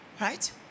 right